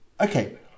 okay